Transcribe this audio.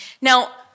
Now